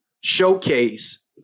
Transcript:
showcase